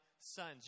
sons